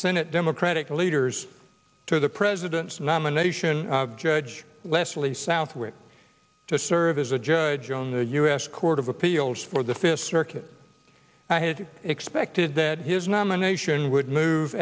senate democratic leaders to the president's nomination of judge leslie southwick to serve as a judge on the u s court of appeals for the fifth circuit i had expected that his nomination would move